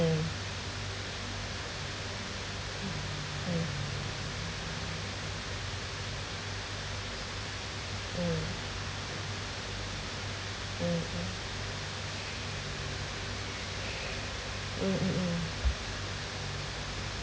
mm mm mmhmm mm mm mm